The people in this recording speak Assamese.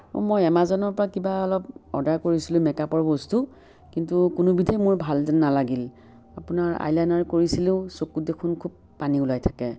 মই এমাজনৰপৰা কিবা অলপ অৰ্ডাৰ কৰিছিলোঁ মেক আপৰ বস্তু কিন্তু কোনোবিধেই মোৰ ভাল যেন নালাগিল আপোনাৰ আইলাইনাৰ কৰিছিলোঁ চকুত দেখোন খুব পানী ওলাই থাকে